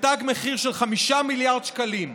בתג מחיר של 5 מיליארד שקלים,